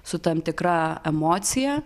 su tam tikra emocija